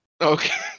Okay